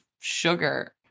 sugar